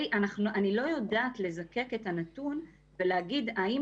אני לא יודעת לזקק את הנתון ולהגיד האם